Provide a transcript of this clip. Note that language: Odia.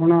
ଶୁଣ